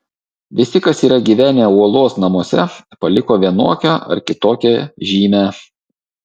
visi kas yra gyvenę uolos namuose paliko vienokią ar kitokią žymę